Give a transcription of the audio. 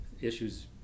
issues